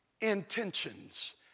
intentions